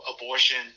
abortion